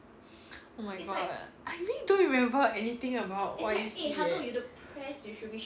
oh my god I really don't remember anything about Y_E_C eh